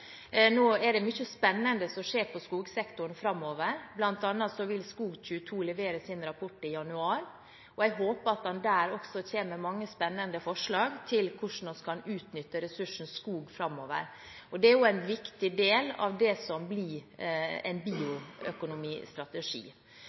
Nå er det mye spennende som skjer i skogsektoren framover. Blant annet vil SKOG22 levere sin rapport i januar, og jeg håper at det også der kommer mange spennende forslag til hvordan vi kan utnytte ressursen skog framover. Det er også en viktig del av det som blir en